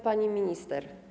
Pani Minister!